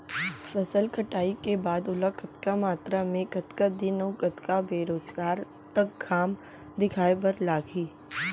फसल कटाई के बाद ओला कतका मात्रा मे, कतका दिन अऊ कतका बेरोजगार तक घाम दिखाए बर लागही?